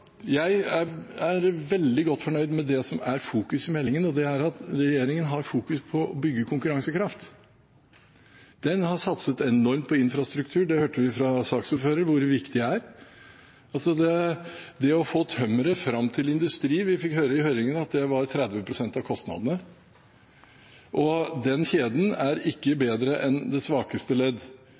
jeg er veldig godt fornøyd med det som er fokus i meldingen, og det er at regjeringen har fokus på å bygge konkurransekraft. Den har satset enormt på infrastruktur, det hørte vi fra saksordføreren hvor viktig er. Det å få tømmeret fram til industrien fikk vi høre i høringen at var 30 pst. av kostnadene. Den kjeden er ikke bedre enn sitt svakeste ledd.